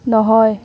নহয়